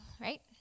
right